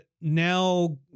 now